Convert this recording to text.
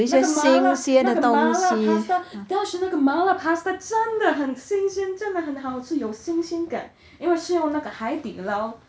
那个麻辣那个麻辣 pasta 但是那个麻辣 pasta 真的很新鲜真的很好吃有新鲜感因为是用那个海底捞